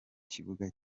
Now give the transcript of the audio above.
kibuga